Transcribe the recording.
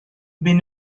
been